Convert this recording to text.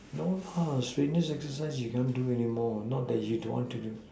no lah strenuous exercise you cannot do anymore not that you don't want to do